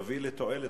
יהיה לתועלת,